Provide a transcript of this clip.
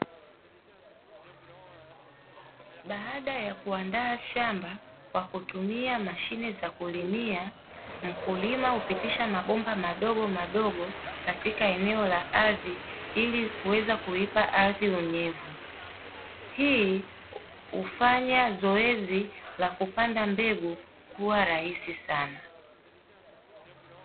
Baada ya kuandaa shamba kwa kutumia mashine za kulimia mkulima hupitisha mabomba madogomadogo katika eneo la ardhi ili kuweza kuipa ardhi unyevu. Hii hufanya zoezi la kupanda mbegu kuwa rahisi sana.